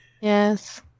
Yes